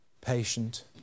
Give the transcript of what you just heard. patient